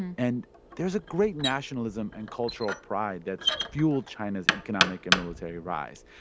and there is a great nationalism and cultural pride that's fueled china's economic and military rise.